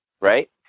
right